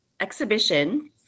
exhibition